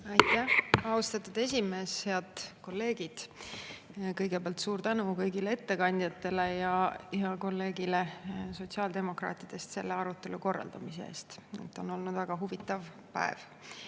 Aitäh, austatud esimees! Head kolleegid! Kõigepealt suur tänu kõigile ettekandjatele ja heale kolleegile sotsiaaldemokraatide seast selle arutelu korraldamise eest. On olnud väga huvitav päev.